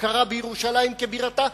הכרה בירושלים כבירתה.